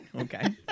Okay